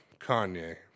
Kanye